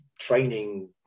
training